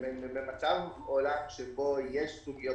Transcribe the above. במצב שבו יש סוגיות,